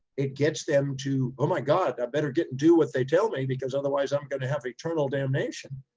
it gets them to, oh my god, i better get, do what they tell me, because otherwise i'm going to have eternal damnation.